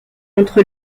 entre